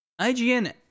IGN